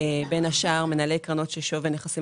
בין השאר את מנהלי הקרנות ששווי הנכסים